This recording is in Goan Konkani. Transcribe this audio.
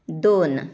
दोन